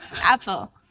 Apple